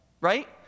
right